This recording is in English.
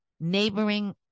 neighboring